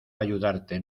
ayudarte